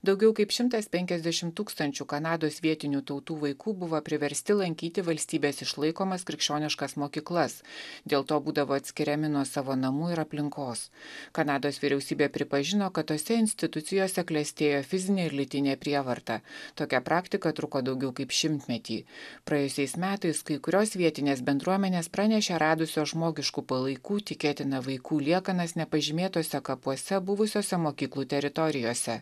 daugiau kaip šimtas penkiasdešim tūkstančių kanados vietinių tautų vaikų buvo priversti lankyti valstybės išlaikomas krikščioniškas mokyklas dėl to būdavo atskiriami nuo savo namų ir aplinkos kanados vyriausybė pripažino kad tose institucijose klestėjo fizinė ir lytinė prievarta tokia praktika truko daugiau kaip šimtmetį praėjusiais metais kai kurios vietinės bendruomenės pranešė radusios žmogiškų palaikų tikėtina vaikų liekanas nepažymėtuose kapuose buvusiose mokyklų teritorijose